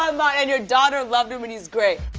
on. like and your daughter loved him, and he's great.